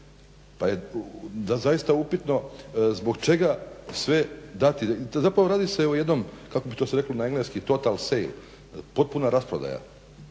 Pa je, da zaista upitno, zbog čega sve dati, zapravo radi se o jednom kako bi to sad reklo na engleski total sale, potpuna rasprodaja.